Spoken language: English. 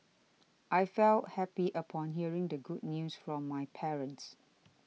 I felt happy upon hearing the good news from my parents